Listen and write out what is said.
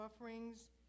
offerings